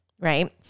right